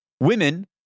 Women